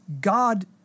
God